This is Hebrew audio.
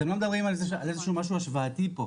אתם לא מדברים על משהו השוואתי פה.